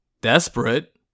Desperate